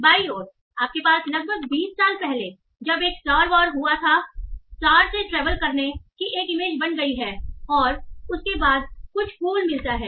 बाईं ओर आपके पास लगभग बीस साल पहले जब एक स्टार वार हुआ था स्टार से ट्रैवल करने की एक इमेज बन गई है और उसके बाद कुछ कूल मिलता है